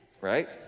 right